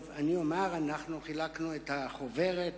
חילקנו את החוברת.